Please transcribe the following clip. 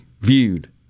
viewed